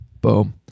Boom